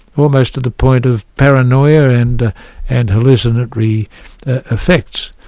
almost to the point of paranoia and and hallucinatory effects.